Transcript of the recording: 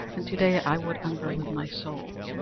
and to-day i would unburthen my soul.